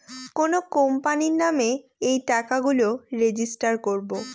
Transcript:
কোনো কোম্পানির নামে এই টাকা গুলো রেজিস্টার করবো